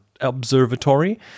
Observatory